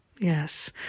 Yes